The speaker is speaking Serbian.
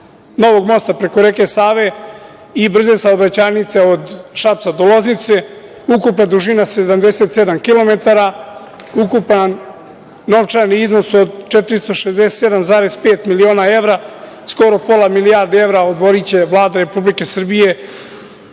novog mosta preko reke Save i brze saobraćajnice od Šapca do Loznice, ukupna dužina 77 kilometara, ukupan novčani iznos od 467,5 miliona evra, skoro pola milijarde evra će Vlada Republike Srbije